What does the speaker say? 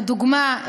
לדוגמה,